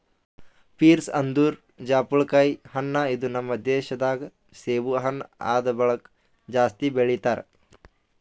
pears ಅಂದುರ್ ಜಾಪುಳಕಾಯಿ ಹಣ್ಣ ಇದು ನಮ್ ದೇಶ ದಾಗ್ ಸೇಬು ಹಣ್ಣ ಆದ್ ಬಳಕ್ ಜಾಸ್ತಿ ಬೆಳಿತಾರ್